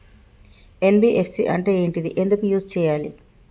NBFC అంటే ఏంటిది ఎందుకు యూజ్ చేయాలి?